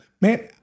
Man